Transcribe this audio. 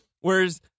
whereas